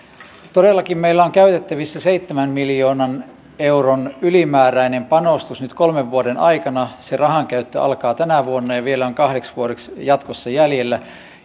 todellakin meillä on käytettävissä seitsemän miljoonan euron ylimääräinen panostus nyt kolmen vuoden aikana se rahankäyttö alkaa tänä vuonna ja vielä on kahdeksi vuodeksi jatkossa jäljellä